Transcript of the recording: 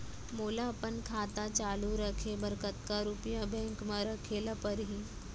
मोला अपन खाता चालू रखे बर कतका रुपिया बैंक म रखे ला परही?